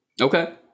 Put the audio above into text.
Okay